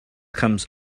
comes